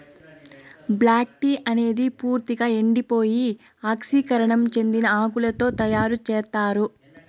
black tea అనేది పూర్తిక ఎండిపోయి ఆక్సీకరణం చెందిన ఆకులతో తయారు చేత్తారు